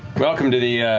welcome to the, ah,